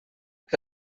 que